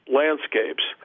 landscapes